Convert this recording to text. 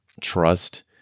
trust